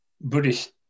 Buddhist